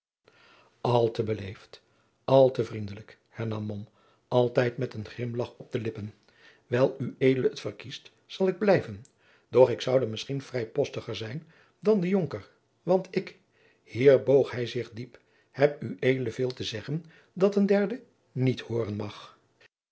al te beleefd al te vriendelijk hernam mom altijd met een grimlagch op de lippen wijl ued het verkiest zal ik blijven doch ik zoude misschien vrijpostiger zijn dan de jonker want ik hier boog hij zich diep heb ued veel te zeggen dat een derde niet hooren mag